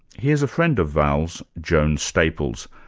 here's a friend of val's, joan staples,